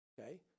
Okay